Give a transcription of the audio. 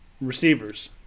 receivers